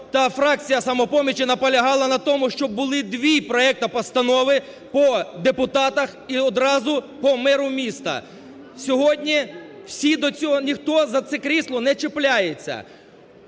фракція "Самопомочі" наполягали на тому, щоб було два проекти постанови по депутатах і одразу по меру міста. Сьогодні всі до цього, ніхто за це крісло не чіпляється!